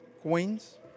Queens